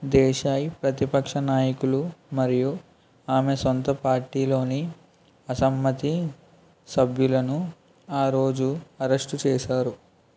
దేశాయ్ ప్రతిపక్ష నాయకులు మరియు ఆమె స్వంత పార్టీలోని అసమ్మతి సభ్యులను ఆ రోజు అరెస్టు చేశారు